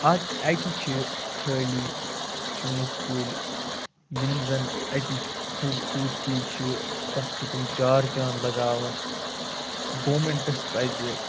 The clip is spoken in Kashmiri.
اَتھ اَتہِ چھِ خٲلی ژوٗنٹھ کُلۍ یِم زَن اَتِچ خوٗبصوٗرتی چھُ تَتھ چھُ تٔمۍ چار چاند لَگاوان گورمٮ۪نٹَس پَز